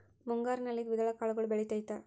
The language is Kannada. ಮುಂಗಾರಿನಲ್ಲಿ ದ್ವಿದಳ ಕಾಳುಗಳು ಬೆಳೆತೈತಾ?